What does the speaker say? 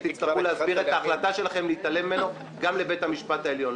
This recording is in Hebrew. ותצטרכו להסביר את ההחלטה שלכם להתעלם ממנו גם לבית המשפט העליון,